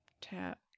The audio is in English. tap